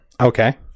Okay